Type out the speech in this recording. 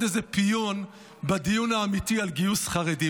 איזה פיון בדיון האמיתי על גיוס חרדים.